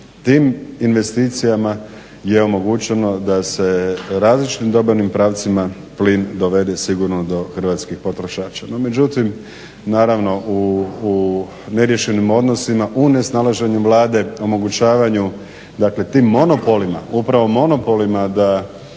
tim investicijama je omogućeno da se različitim dobavnim pravcima plin dovede sigurno do hrvatskih potrošača. No međutim, naravno u neriješenim odnosima u nesnalaženju Vlade, omogućavanju tim monopolima upravo monopolima da